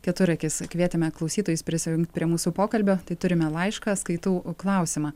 keturakis kvietėme klausytojus prisijungt prie mūsų pokalbio tai turime laišką skaitau klausimą